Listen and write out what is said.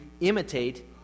imitate